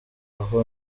ohio